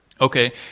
Okay